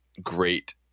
great